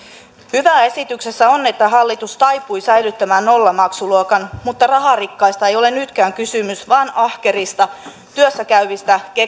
hyvää esityksessä on että hallitus taipui säilyttämään nollamaksuluokan mutta raharikkaista ei ole nytkään kysymys vaan ahkerista työssä käyvistä